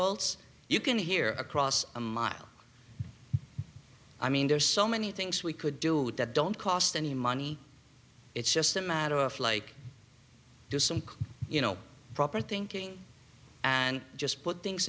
olds you can hear across a mile i mean there's so many things we could do that don't cost any money it's just a matter of like do some you know proper thinking and just put things